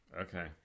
Okay